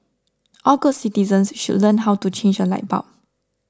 all good citizens should learn how to change a light bulb